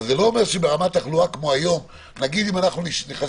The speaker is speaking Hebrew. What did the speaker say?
אבל זה לא אומר שברמת תחלואה כמו היום נגיד אם אנחנו נכנסים